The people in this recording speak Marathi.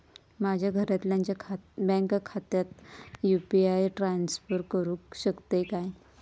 माझ्या घरातल्याच्या बँक खात्यात यू.पी.आय ट्रान्स्फर करुक शकतय काय?